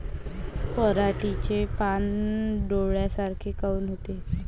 पराटीचे पानं डोन्यासारखे काऊन होते?